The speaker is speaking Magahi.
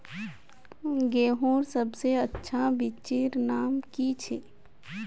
गेहूँर सबसे अच्छा बिच्चीर नाम की छे?